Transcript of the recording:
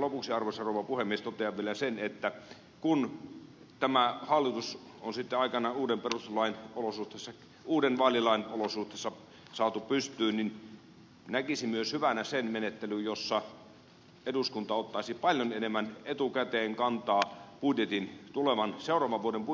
lopuksi arvoisa rouva puhemies totean vielä sen että kun tämä hallitus on sitten aikanaan uuden vaalilain olosuhteissa saatu pystyyn niin näkisin myös hyvänä sen menettelyn jossa eduskunta ottaisi paljon enemmän etukäteen kantaa seuraavan vuoden